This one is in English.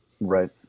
right